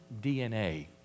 DNA